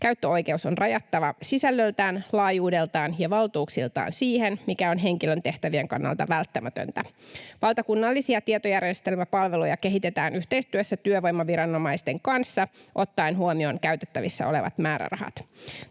Käyttöoikeus on rajattava sisällöltään, laajuudeltaan ja valtuuksiltaan siihen, mikä on henkilön tehtävien kannalta välttämätöntä. Valtakunnallisia tietojärjestelmäpalveluja kehitetään yhteistyössä työvoimaviranomaisten kanssa ottaen huomioon käytettävissä olevat määrärahat.